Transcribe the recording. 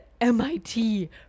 mit